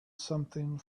something